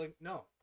No